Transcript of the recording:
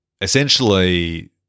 essentially